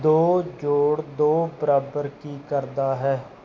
ਦੋ ਜੋੜ ਦੋ ਬਰਾਬਰ ਕੀ ਕਰਦਾ ਹੈ